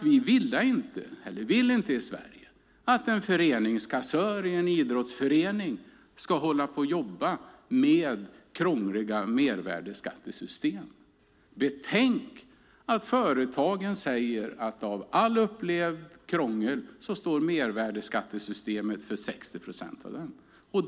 I Sverige vill vi inte att en föreningskassör i en idrottsförening ska behöva jobba med det krångliga mervärdesskattesystemet. Betänk att företagen säger att av allt upplevt krångel står mervärdesskattesystemet för 60 procent!